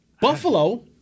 Buffalo